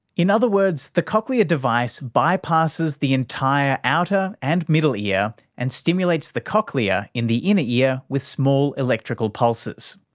in other words, the cochlear device bypasses the entire outer and middle ear and stimulates the cochlear in the inner ear with small electrical pulses.